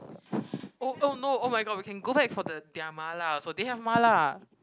oh oh no oh my god we can go back for the their mala also they have mala